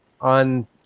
on